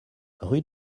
rue